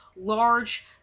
large